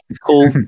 cool